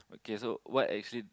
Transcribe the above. K so what actually